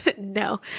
No